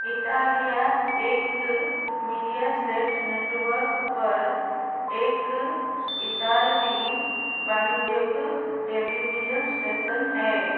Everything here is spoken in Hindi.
इटालिया एक मीडियासेट नेटवर्क पर एक इतालवी वाणिज्यिक टेलीविजन स्टेसन है